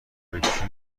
بکشی